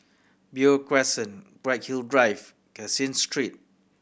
Beo Crescent Bright Hill Drive Caseen Street